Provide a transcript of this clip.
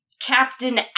Captain